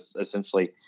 essentially